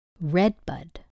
redbud